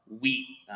wheat